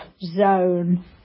zone